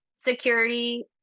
security